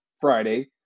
Friday